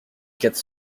quatre